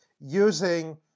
using